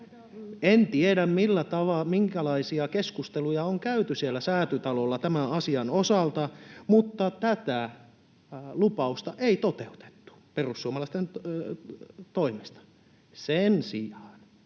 En tiedä, minkälaisia keskusteluja on käyty siellä Säätytalolla tämän asian osalta, mutta tätä lupausta ei toteutettu perussuomalaisten toimesta. Sen sijaan